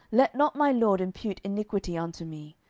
let not my lord impute iniquity unto me,